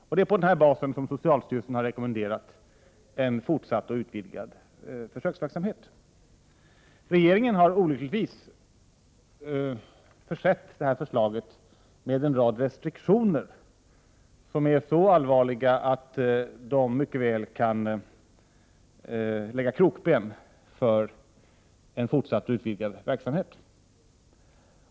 Och det är på denna bas som socialstyrelsen har rekommenderat en fortsatt och utvidgad försöksverksamhet. Regeringen har olyckligtvis försett detta förslag med en rad restriktioner som är så allvarliga att de mycket väl kan lägga krokben för en fortsatt och utvidgad verksamhet.